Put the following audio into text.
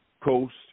coast